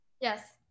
Yes